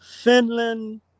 Finland